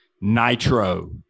Nitro